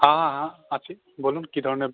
হ্যাঁ হ্যাঁ আছে বলুন কী ধরনের